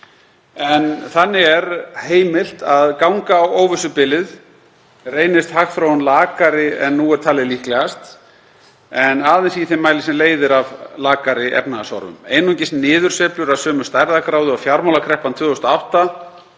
Þannig er heimilt að ganga á óvissubilið reynist hagþróun lakari en nú er talið líklegast en aðeins í þeim mæli sem leiðir af lakari efnahagshorfum. Einungis niðursveiflur af sömu stærðargráðu og fjármálakreppan 2008